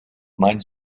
mein